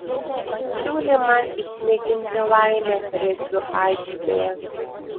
pasiūlė man išmėginti laimę regbio aikštėje